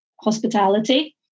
hospitality